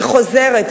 אני חוזרת,